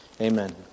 Amen